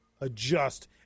adjust